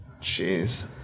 Jeez